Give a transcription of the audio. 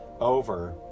over